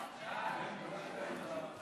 ההצעה להעביר את הצעת